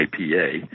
IPA